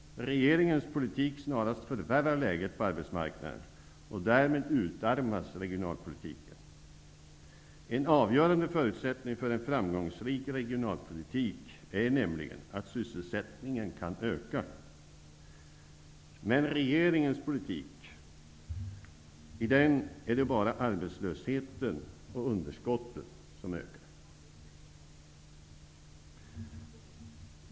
Regeringens politik snarast förvärrar läget på arbetsmarknaden och därmed utarmas regionalpolitiken. En avgörande förutsättning för en framgångsrik regionalpolitik är nämligen att sysselsättningen kan öka. Med regeringens politik är det bara arbetslösheten och underskotten som ökar.